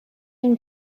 and